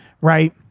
right